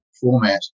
format